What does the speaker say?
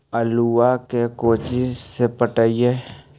आलुआ के कोचि से पटाइए?